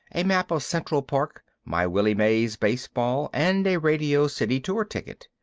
a map of central park, my willie mays baseball and a radio city tour ticket.